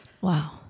Wow